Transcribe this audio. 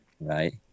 right